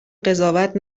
قضاوت